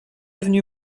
avenue